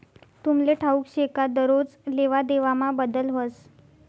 तुमले ठाऊक शे का दरोज लेवादेवामा बदल व्हस